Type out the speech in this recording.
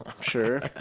Sure